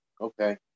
Okay